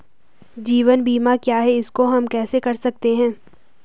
जीवन बीमा क्या है इसको हम कैसे कर सकते हैं?